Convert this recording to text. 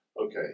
Okay